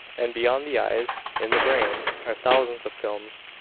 and beyond the eyes, in the brain, are thousands of films.